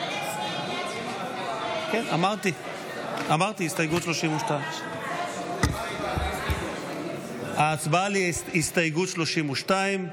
אמרתי הסתייגות 32. ההצבעה היא על הסתייגות 32,